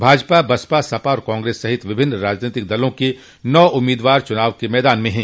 भाजपा बसपा सपा और कांग्रेस सहित विभिन्न राजनीतिक दलों के नौ उम्मीदवार चुनाव मैदान में हैं